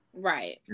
right